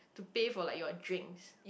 to pay for like your drinks